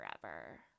forever